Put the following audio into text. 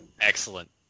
excellent